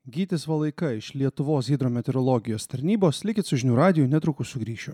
gytis valaika iš lietuvos hidrometeorologijos tarnybos likit su žinių radiju netrukus sugrįšiu